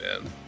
man